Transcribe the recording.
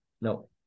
no